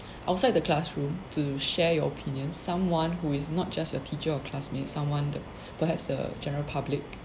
outside the classroom to share your opinion someone who is not just a teacher or classmate someone the perhaps the general public